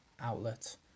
outlet